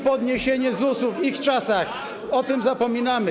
Podniesienie ZUS-u w ich czasach - o tym zapominamy.